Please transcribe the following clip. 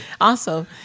Awesome